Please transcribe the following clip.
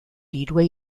dirua